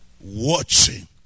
watching